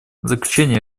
заключение